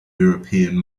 european